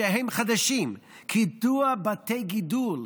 שהם חדשים: קיטוע בתי גידול,